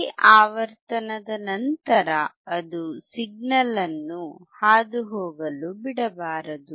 ಆ ಆವರ್ತನದ ನಂತರ ಅದು ಸಿಗ್ನಲ್ ಅನ್ನು ಹಾದುಹೋಗಲು ಬಿಡಬಾರದು